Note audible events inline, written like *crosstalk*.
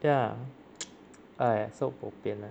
ya *noise* !aiya! so bo pian lah